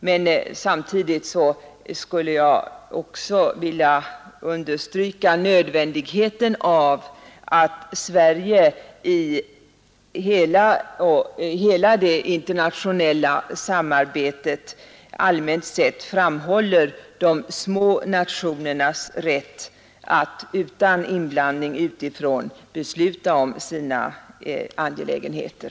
Men samtidigt vill jag understryka nödvändigheten av att Sverige i hela det internationella samarbetet allmänt sett framhåller de små nationernas rätt att utan inblandning utifrån besluta om sina angelägenheter.